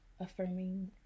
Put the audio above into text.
affirming